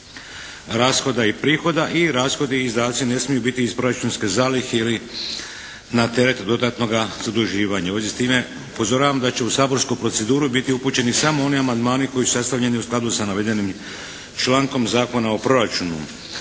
rashoda i prihoda i rashodi i izdaci ne smiju biti iz proračunske zalihe ili na teret dodatnoga zaduživanja. U vezi s time upozoravam da će u saborsku proceduru biti upućeni samo oni amandmani koji su sastavljeni u skladu sa navedenim člankom Zakona o proračunu.